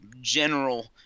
general